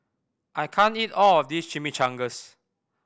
I can't eat all of this Chimichangas